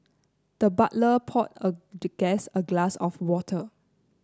the butler poured a the guest a glass of water